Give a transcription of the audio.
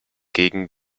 gegen